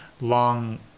long